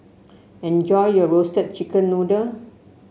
enjoy your Roasted Chicken Noodle